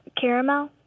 caramel